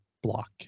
block